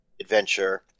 adventure